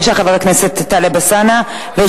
חבר הכנסת טלב אלסאנע, בבקשה.